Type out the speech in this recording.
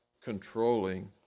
controlling